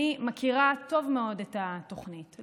אני מכירה טוב מאוד את התוכנית,